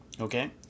Okay